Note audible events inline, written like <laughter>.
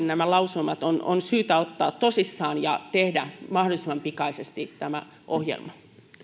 <unintelligible> nämä lausumat on on syytä ottaa tosissaan ja tehdä mahdollisimman pikaisesti tämä ohjelma